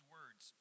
words